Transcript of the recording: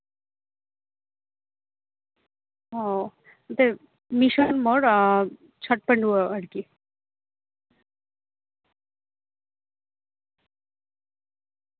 ᱚ ᱱᱚᱛᱮ ᱢᱤᱥᱚᱱ ᱢᱳᱲ ᱪᱷᱚᱴᱯᱟᱺᱰᱩᱣᱟᱹ ᱟᱨᱠᱤ